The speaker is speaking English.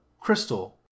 crystal